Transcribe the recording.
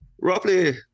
Roughly